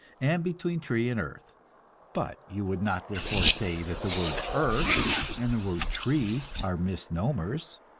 and between tree and earth but you would not therefore say that the word earth and the word tree are misnomers.